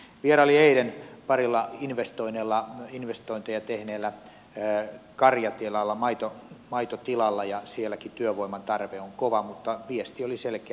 vierailin eilen parilla investointeja tehneellä karjatilalla maitotilalla ja sielläkin työvoiman tarve on kova mutta viesti oli selkeä